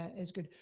is good.